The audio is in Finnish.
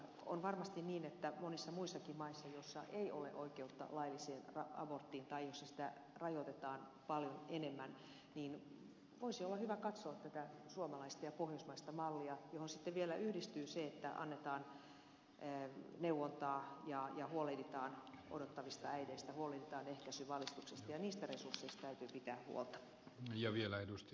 on varmasti niin että monissa muissakin maissa joissa ei ole oikeutta lailliseen aborttiin tai joissa sitä rajoitetaan paljon enemmän voisi olla hyvä katsoa tätä suomalaista ja pohjoismaista mallia johon sitten vielä yhdistyy se että annetaan neuvontaa ja huolehditaan odottavista äideistä huolehditaan ehkäisyvalistuksesta ja niistä resursseista täytyy pitää huolta